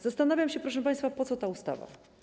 Zastanawiam się, proszę państwa, po co ta ustawa.